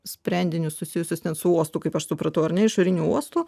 sprendinius susijusius ten su uostu kaip aš supratau ar ne išoriniu uostu